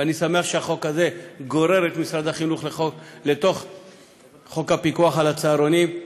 ואני שמח שהחוק הזה גורר את משרד החינוך לתוך חוק הפיקוח על הצהרונים.